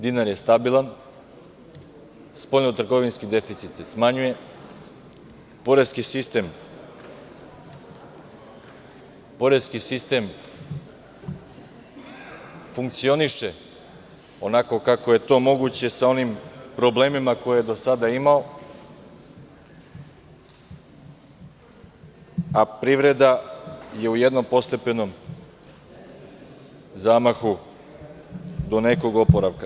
Dinar je stabilan, spoljno-trgovinski deficit se smanjuje, poreski sistem funkcioniše onako kako je to moguće, sa onim problemima koje je do sada imao, a privreda je u jednom postepenom zamahu do nekog oporavka.